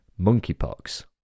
monkeypox